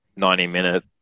90-minute